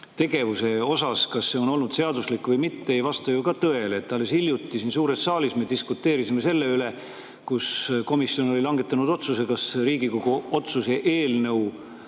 tegevuse suhtes, kas see on olnud seaduslik või mitte, ei vasta ju ka tõele. Alles hiljuti siin suures saalis me diskuteerisime selle üle, et komisjon oli langetanud otsuse, kas Riigikogu otsuse eelnõu